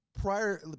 prior